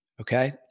Okay